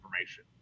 information